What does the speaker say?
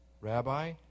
Rabbi